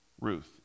Ruth